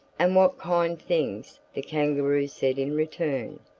and what kind things the kangaroo said in return.